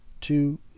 two